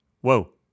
Whoa